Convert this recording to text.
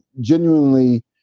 genuinely